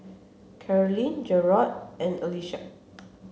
Carlene Jerrod and Alisa